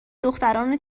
دختران